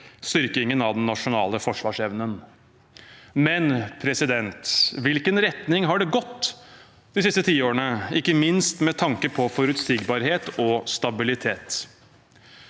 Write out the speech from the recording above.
styrkingen av den nasjonale forsvarsevnen. Men hvilken retning har det gått de siste tiårene, ikke minst med tanke på forutsigbarhet og stabilitet?